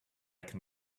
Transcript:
can